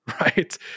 right